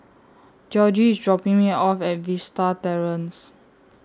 Georgie IS dropping Me off At Vista Terrace